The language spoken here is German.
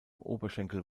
oberschenkel